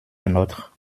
nôtre